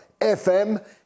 FM